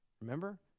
Remember